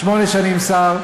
קח שבוע,